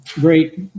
great